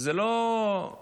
זה לא משחק,